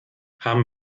haben